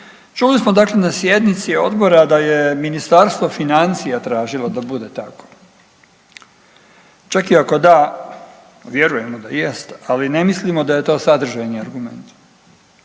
čuli smo dakle na sjednici odbora da je Ministarstvo financija tražilo da bude tako, čak i ako da, vjerujemo da jest, ali ne mislimo da je to sadržajni argument.